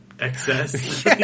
Excess